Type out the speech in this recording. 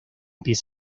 pieza